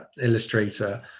Illustrator